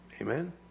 Amen